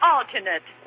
Alternate